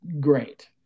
great